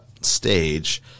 stage